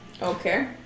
Okay